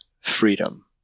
freedom